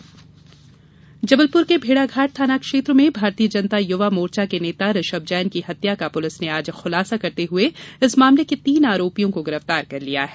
हत्या जांच जबलपुर के भेड़ाघाट थाना क्षेत्र में भारतीय जनता युवा मोर्चा के नेता ऋषभ जैन की हत्या का पुलिस ने आज खुलासा करते हुए इस मामले को तीन आरोपियों को गिरफ्तार कर लिया है